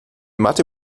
mathe